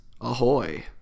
ahoy